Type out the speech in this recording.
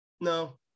No